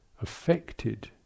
affected